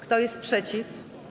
Kto jest przeciw?